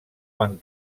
van